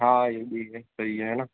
हाँ ये भी है सही है है ना